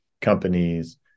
companies